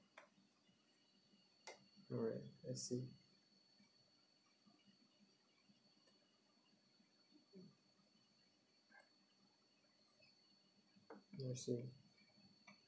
alright I see ya same